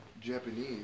Japanese